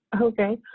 Okay